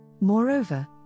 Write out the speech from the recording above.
Moreover